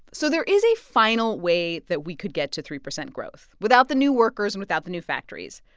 so there is a final way that we could get to three percent growth without the new workers and without the new factories.